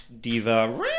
diva